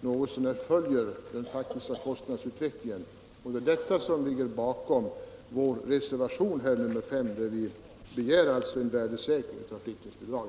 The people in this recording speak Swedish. något så när följer den faktiska kostnadsutvecklingen. Det är detta som ligger bakom vår reservation nr 5, där vi begär en värdesäkring av flyttningsbidrag.